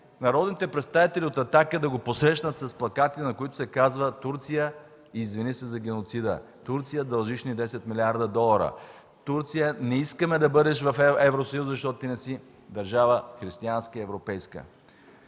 народните представители от „Атака” да го посрещнат с плакати, на които се казва „Турция, извини се за геноцида!”, „Турция, дължиш ни 10 млрд. долара!”, „Турция, не искаме да бъдеш в Евросъюза, защото не си християнска и европейска